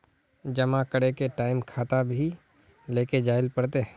जमा करे के टाइम खाता भी लेके जाइल पड़ते?